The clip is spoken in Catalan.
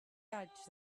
haig